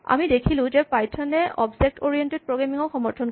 আমি দেখিলোঁ যে পাইথন এ অবজেক্ট অৰিয়েন্টেড প্ৰগ্ৰেমিং ক সমৰ্থন কৰে